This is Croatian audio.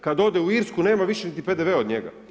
Kad ode u Irsku, nema više niti PDV-a od njega.